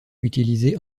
utilisés